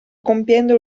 compiendo